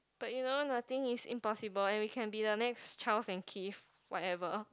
but you know nothing is impossible and we can be the next Charles and Keith whatever